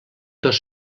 dos